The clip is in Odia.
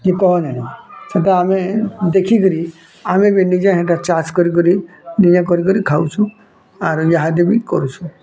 ତୁ କନ୍ ହେ ସଦା ଆମେ ଦେଖି କିରି ଆମେ ନିଜେ ସେଇଟା ଚାଷ୍ କରି କରି ନିଜେ କରି କରି ଖାଉଛୁଁ ୟାର ୟାହାଦି ବି କରୁସୁଁ